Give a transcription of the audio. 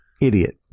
Idiot